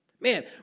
Man